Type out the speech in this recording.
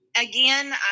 again